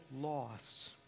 lost